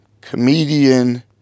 Comedian